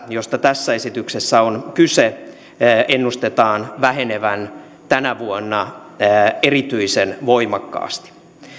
josta tässä esityksessä on kyse ennustetaan vähenevän tänä vuonna erityisen voimakkaasti